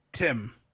Tim